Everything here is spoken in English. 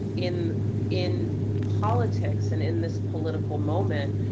in in politics, and in this political moment,